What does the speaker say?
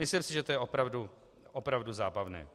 Myslím si, že to je opravdu, opravdu zábavné.